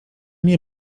nie